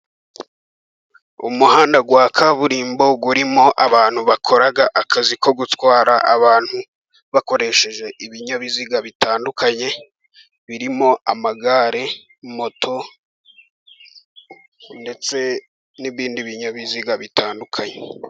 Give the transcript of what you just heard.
Umuhanda wa kaburimbo urimo abantu bakora akazi ko gutwara abantu, bakoresheje ibinyabiziga bitandukanye birimo amagare, moto ndetse n'ibindi binyabiziga bitandukanye.